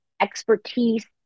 expertise